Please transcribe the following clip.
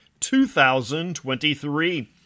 2023